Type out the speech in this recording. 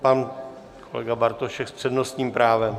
Pan kolega Bartošek s přednostním právem.